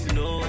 no